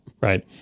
right